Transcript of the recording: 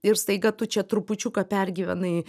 ir staiga tu čia trupučiuką pergyvenai